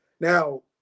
Now